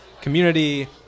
community